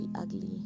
ugly